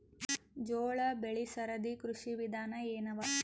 ಜೋಳ ಬೆಳಿ ಸರದಿ ಕೃಷಿ ವಿಧಾನ ಎನವ?